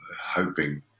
hoping